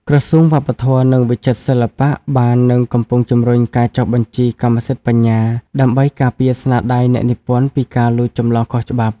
ក្រសួងវប្បធម៌ និងវិចិត្រសិល្បៈបាននិងកំពុងជំរុញការចុះបញ្ជីកម្មសិទ្ធិបញ្ញា ដើម្បីការពារស្នាដៃអ្នកនិពន្ធពីការលួចចម្លងខុសច្បាប់។